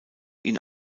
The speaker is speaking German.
ihn